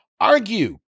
argue